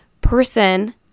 person